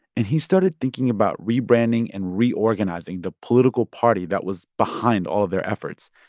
and he started thinking about rebranding and reorganizing the political party that was behind all of their efforts.